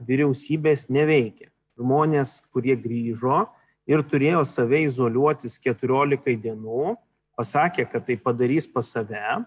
vyriausybės neveikia žmonės kurie grįžo ir turėjo save izoliuotis keturiolikai dienų pasakė kad tai padarys pas save